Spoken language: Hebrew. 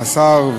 השר,